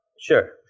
Sure